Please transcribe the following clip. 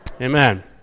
Amen